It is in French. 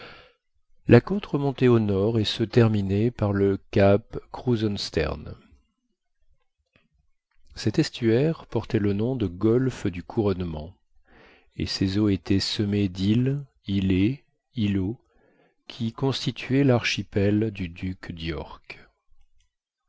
la côte remontait au nord et se terminait par le cap kruzenstern cet estuaire portait le nom de golfe du couronnement et ses eaux étaient semées d'îles îlets îlots qui constituaient l'archipel du